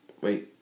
Wait